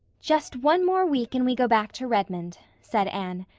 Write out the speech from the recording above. just one more week and we go back to redmond, said anne.